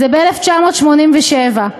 זה ב-1987.